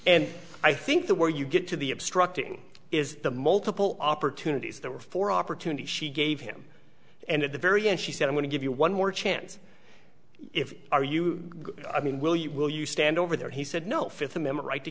and i think that where you get to the obstructing is the multiple opportunities there were four opportunities she gave him and at the very end she said i want to give you one more chance if are you i mean will you will you stand over there he said no fifth amendment right to